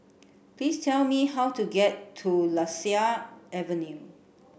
please tell me how to get to Lasia Avenue